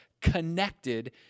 connected